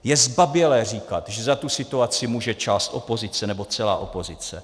Je zbabělé říkat, že za tu situaci může část opozice nebo celá opozice.